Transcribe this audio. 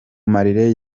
marley